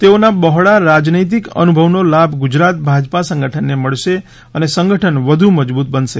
તેઓના બહોળા રાજનૈતિક અનુભવનો લાભ ગુજરાત ભાજપા સંગઠનને મળશે અને સંગઠન વધુ મજબુત બનશે